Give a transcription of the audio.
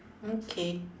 mm K